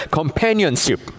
companionship